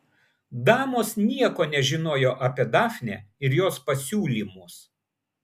damos nieko nežinojo apie dafnę ir jos pasiūlymus